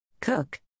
Cook